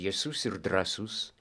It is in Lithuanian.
tiesus ir drąsus